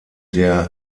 der